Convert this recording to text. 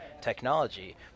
Technology